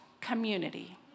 community